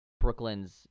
Brooklyn's